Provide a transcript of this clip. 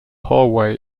hallway